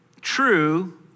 true